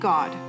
God